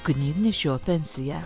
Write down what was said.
knygnešio pensiją